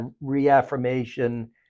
reaffirmation